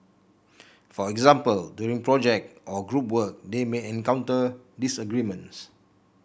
for example during project or group work they may encounter disagreements